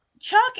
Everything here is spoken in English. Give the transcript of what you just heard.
Chuck